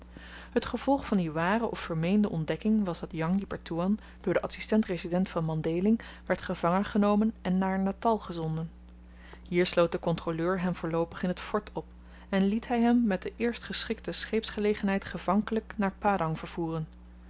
het gevolg van die ware of vermeende ontdekking was dat jang di pertoean door den adsistent resident van mandhéling werd gevangen genomen en naar natal gezonden hier sloot de kontroleur hem voorloopig in t fort op en liet hy hem met de eerste geschikte scheepsgelegenheid gevankelyk naar padang vervoeren